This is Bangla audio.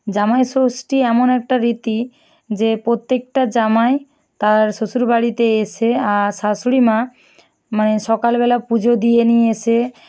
জামাই ষষ্ঠী এমন একটা রীতি যে প্রত্যেকটা জামাই তার শ্বশুর বাড়িতে এসে শাশুড়ি মা মানে সকালবেলা পুজো দিয়ে নিয়ে এসে